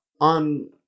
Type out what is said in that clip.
on